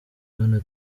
bwana